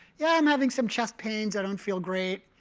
yeah, i'm having some chest pains. i don't feel great.